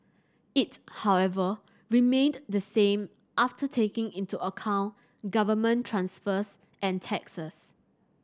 it however remained the same after taking into account government transfers and taxes